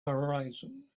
horizon